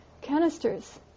canisters